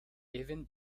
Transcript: even